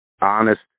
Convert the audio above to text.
honest